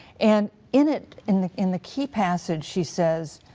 and in it, in the in the key passage, she says,